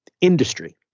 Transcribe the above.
industry